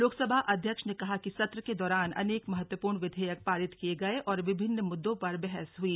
लोकसभा अध्यक्ष ने कहा कि सत्र के दौरान अनेक महत्वपूर्ण विधेयक पारित किए गए और विभिन्न मुद्दों पर बहस हुई